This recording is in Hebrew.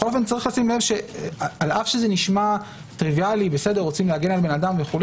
יש לשים לב שעל אף שזה נשמע טריוויאלי רוצים להגן על אדם וגו',